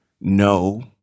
no